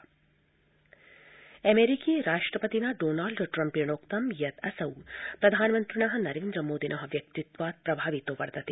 Trump Modi अमेरिकीय राष्ट्रपतिना Donald ट्रम्पेणोक्तं यत् असौ प्रधानमन्त्रिणः नरेन्द्रमोदिनः व्यक्तित्वात् प्रभावितो वर्तते